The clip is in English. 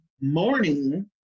morning